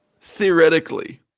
theoretically